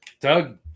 Doug